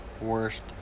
worst